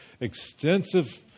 extensive